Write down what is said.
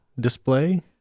display